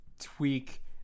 tweak